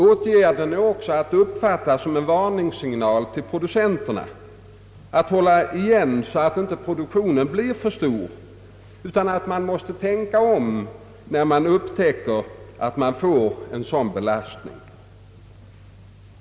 Avgifterna är också att uppfatta såsom en varningssignal till producenterna att hålla igen så att produktionen inte blir för stor. De måste tänka om när de upptäcker att exportförluster kan uppstå.